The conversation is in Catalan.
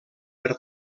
per